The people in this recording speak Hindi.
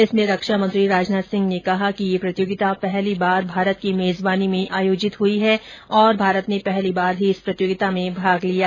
इसमें रक्षा मंत्री राजनाथ सिंह ने कहा है कि यह प्रतियोगिता पहली बार भारत की मेजबानी में आयोजित हुई है और भारत ने पहली बार ही इस प्रतियोगिता में भाग लिया